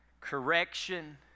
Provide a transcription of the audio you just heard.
correction